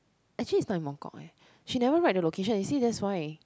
actually it's not in Mongkok leh she never write the location you see that's why